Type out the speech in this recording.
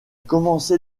commencé